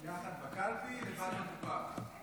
יחד בקלפי, לבד בקופה.